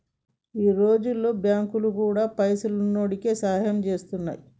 ఈ రోజుల్ల బాంకులు గూడా పైసున్నోడికే సాయం జేత్తున్నయ్